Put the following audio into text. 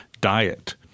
diet